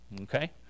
Okay